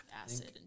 acid